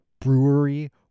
brewery